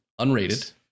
Unrated